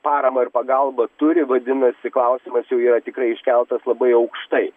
paramą ir pagalba turi vadinasi klausimas jau yra tikrai iškeltas labai aukštai